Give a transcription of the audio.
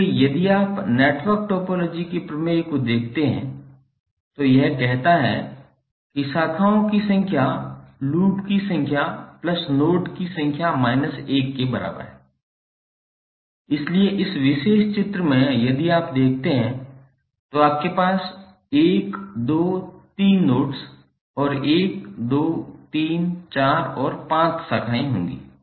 इसलिए यदि आप नेटवर्क टोपोलॉजी के प्रमेय को देखते हैं तो यह कहता है कि शाखाओं की संख्या लूप की संख्या plus नोड्स की संख्या minus 1 के बराबर है इसलिए इस विशेष चित्र में यदि आप देखते हैं तो आपके पास 1 2 3 नोड्स और 1234 और 5 शाखाएँ होंगी